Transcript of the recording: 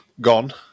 gone